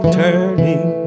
turning